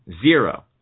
Zero